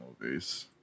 movies